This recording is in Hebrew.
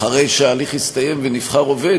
אחרי שההליך הסתיים ונבחר עובד,